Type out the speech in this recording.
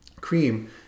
cream